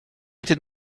était